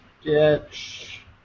sketch